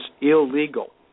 illegal